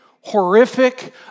horrific